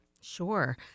Sure